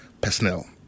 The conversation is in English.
personnel